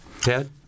Ted